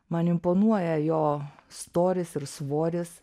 man imponuoja jo storis ir svoris